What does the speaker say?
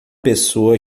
pessoa